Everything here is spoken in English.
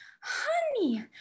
honey